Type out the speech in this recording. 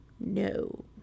No